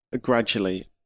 gradually